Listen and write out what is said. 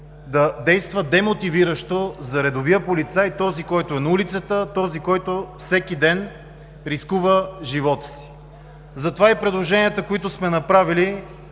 да действа демотивиращо за редовия полицай – този, който е на улицата, този, който всеки ден рискува живота си. Затова и предложенията, които сме направили,